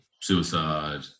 suicide